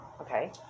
okay